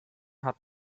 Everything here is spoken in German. hat